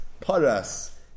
Paras